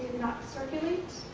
not circulate.